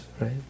right